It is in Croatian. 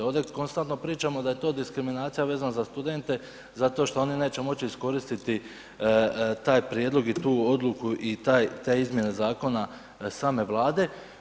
Ovdje konstantno pričamo da je to diskriminacija vezano za studente zato što oni neće moći iskoristiti taj prijedlog i tu odluku i te izmjene zakona same Vlade.